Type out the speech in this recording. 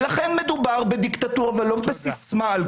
לכן מדובר בדיקטטורה ולא בסיסמה.